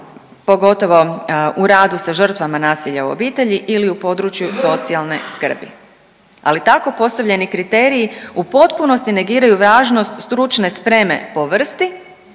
pogotovo u radu sa žrtvama nasilja u obitelji ili u području socijalne skrbi, ali tako postavljeni kriteriji u potpunosti negiraju važnost stručne spreme po vrsti,